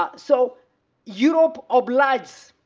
ah so europe obliged